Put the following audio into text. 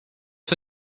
for